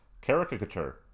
Caricature